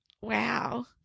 wow